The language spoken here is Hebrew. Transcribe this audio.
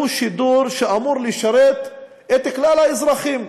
הוא שידור שאמור לשרת את כלל האזרחים,